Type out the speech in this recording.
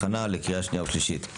הכנה לקריאה שנייה ושלישית.